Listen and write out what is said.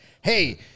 hey